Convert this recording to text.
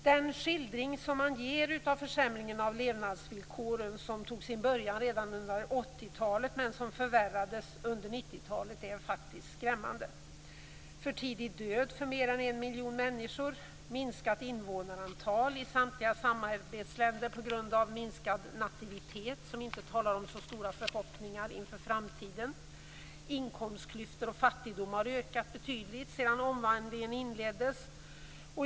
Den skildring som man ger av försämringen av levnadsvillkoren, som tog sin början redan under 80 talet, men som förvärrades under 90-talet, är faktiskt skrämmande. För tidig död för mer än en miljon människor, minskat invånarantal i samtliga samarbetsländer på grund av minskad nativitet, som inte talar om så stora förhoppningar inför framtiden. Inkomstklyftor och fattigdom har ökat betydligt sedan omvandlingen inleddes.